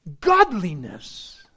godliness